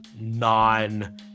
non